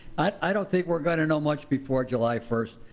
but i don't think we're gonna know much before july first.